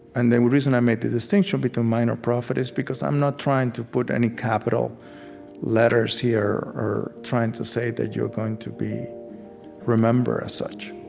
and the reason i made the distinction between minor prophet is because i'm not trying to put any capital letters here or trying to say that you're going to be remembered as such,